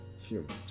humans